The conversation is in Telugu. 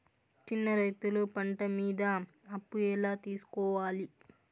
చిన్న రైతులు పంట మీద అప్పు ఎలా తీసుకోవాలి?